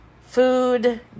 food